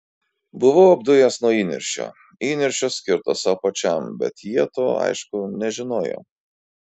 buvau apdujęs nuo įniršio įniršio skirto sau pačiam bet jie to aišku nežinojo